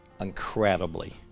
incredibly